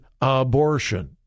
abortion